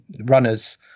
Runners